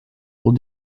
will